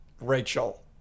Rachel